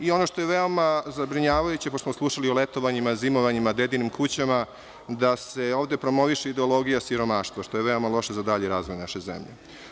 Ono što je veoma zabrinjavajuće, pošto smo slušali o letovanjima, zimovanjima, dedinim kućama, da se ovde promoviše ideologija siromaštva, što je veoma loše za dalji razvoj naše zemlje.